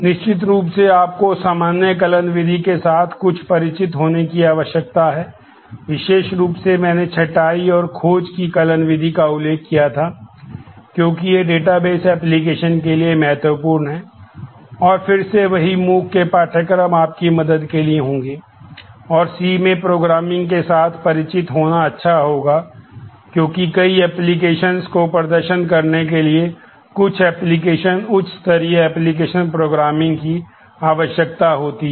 निश्चित रूप से आपको सामान्य कलन विधि के साथ कुछ परिचित होने की आवश्यकता है विशेष रूप से मैंने छंटाई और खोज की कलन विधि का उल्लेख किया था क्योंकि ये डेटाबेस की आवश्यकता होती है